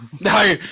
No